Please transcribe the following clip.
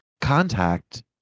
contact